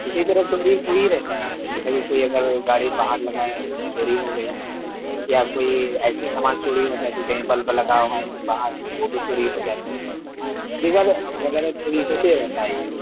کسی طرف چوری ہوئی رہتا ہے پھر کوئی اگر گاڑی باہر لگایا تو چوری ہوگئی یا کوئی ایسی سامان چوری ہو جاتی ہے کہیں بلب لگا ہوا ہے باہر تو وہ بھی چوری ہو جاتی ہے دیگر وغیرہ چوری ہوتے رہتا ہے یہ